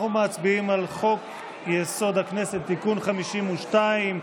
אנחנו מצביעים על חוק-יסוד: הכנסת (תיקון מס' 52),